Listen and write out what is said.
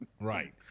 right